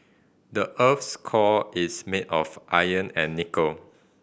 the earth's core is made of iron and nickel